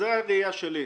זו הראייה שלי.